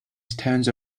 stones